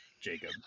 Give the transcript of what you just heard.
Jacob